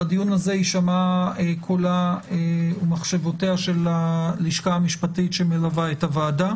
בדיון הזה יישמעו קולה ומחשבותיה של הלשכה המשפטית שמלווה את הוועדה.